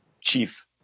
Chief